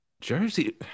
Jersey